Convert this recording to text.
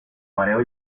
mareo